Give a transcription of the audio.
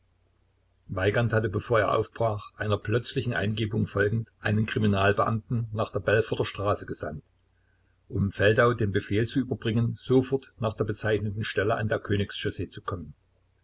weigand hatte bevor er aufbrach einer plötzlichen eingebung folgend einen kriminalbeamten nach der belforter straße gesandt um feldau den befehl zu überbringen sofort nach der bezeichneten stelle an der königschaussee zu kommen